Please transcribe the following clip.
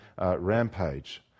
rampage